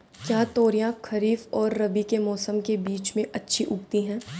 क्या तोरियां खरीफ और रबी के मौसम के बीच में अच्छी उगती हैं?